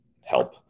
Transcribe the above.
help